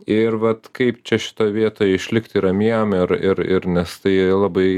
ir vat kaip čia šitoj vietoj išlikti ramiem ir ir ir nes tai labai